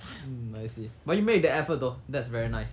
hmm I see but you made the effort though that's very nice